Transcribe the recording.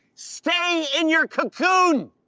stay in your cocoon!